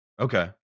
okay